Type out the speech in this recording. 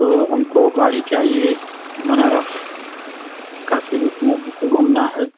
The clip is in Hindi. तो हमको गाड़ी चाहिए बनारस काशी विश्वनाथ जैसे घूमना है